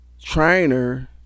trainer